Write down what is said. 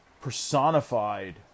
personified